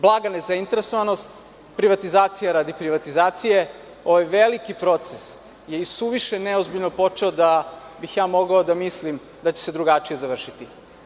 Blaga nezainteresovanost, privatizacije radi privatizacije, ovaj veliki proces je isuviše neozbiljno počeo da bih ja mogao da mislim da će se drugačije završiti.